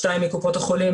שתיים מקופות החולים,